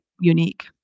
unique